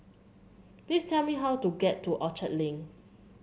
please tell me how to get to Orchard Link